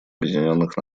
объединенных